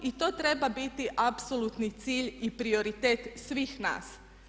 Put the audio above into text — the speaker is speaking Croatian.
I to treba biti apsolutni cilj i prioritet svih nas.